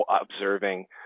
observing